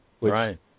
right